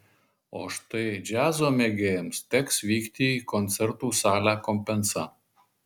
o štai džiazo mėgėjams teks vykti į koncertų salę compensa